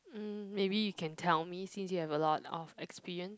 mm maybe you can tell me since you have a lot of experience